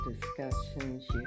discussions